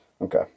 Okay